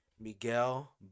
Miguel